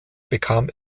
bekam